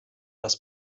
das